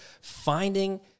finding